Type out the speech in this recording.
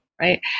right